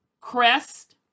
Crest